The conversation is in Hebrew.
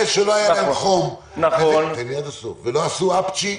זה שלא היה להם חום והם לא עשו אפצ'י,